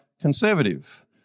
conservative